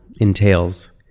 entails